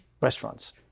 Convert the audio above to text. restaurants